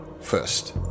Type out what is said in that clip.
first